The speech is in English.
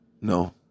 No